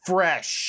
Fresh